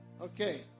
Okay